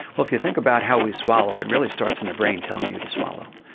well if you think about how we swallow, it really starts in the brain, telling you to swallow.